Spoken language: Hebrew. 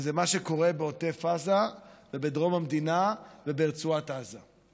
וזה מה שקורה בעוטף עזה ובדרום המדינה וברצועת עזה.